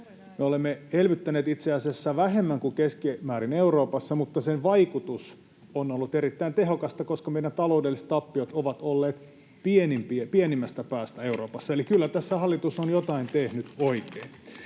Me olemme elvyttäneet itse asiassa vähemmän kuin keskimäärin Euroopassa, mutta sen vaikutus on ollut erittäin tehokasta, koska meidän taloudelliset tappiot ovat olleet pienimmästä päästä Euroopassa. Eli kyllä tässä hallitus on jotain tehnyt oikein.